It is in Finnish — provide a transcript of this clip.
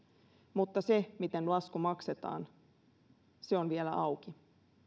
mutta se miten lasku maksetaan on vielä auki